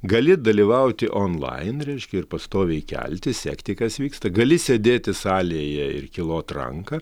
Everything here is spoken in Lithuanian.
gali dalyvauti onlain reiškia ir pastoviai keltis sekti kas vyksta gali sėdėti salėje ir kilot ranką